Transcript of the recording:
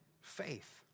faith